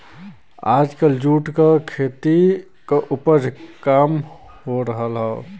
आजकल जूट क खेती क उपज काम हो रहल हौ